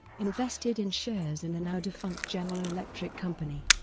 invested in shares in the now-defunct general electric company.